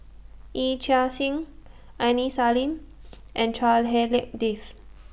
Yee Chia Hsing Aini Salim and Chua Hak Lien Dave